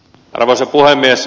arvoisa puhemies